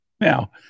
Now